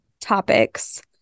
topics